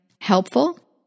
Helpful